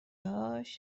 هاش